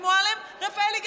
חברת הכנסת מועלם-רפאלי,